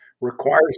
requires